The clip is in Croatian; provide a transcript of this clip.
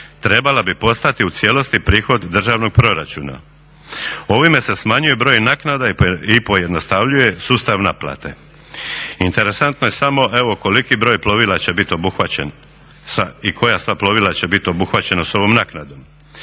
trebala bi postati u cijelosti prihod državnog proračuna. Ovime se smanjuje broj naknada i pojednostavljuje sustav naplate. Interesantno je samo evo koliki broj plovila će bit obuhvaćen i koja sva plovila će bit obuhvaćena sa ovom naknadom.